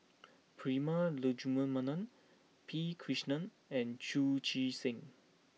Prema Letchumanan P Krishnan and Chu Chee Seng